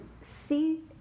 see